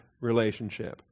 relationship